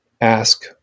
Ask